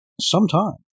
sometime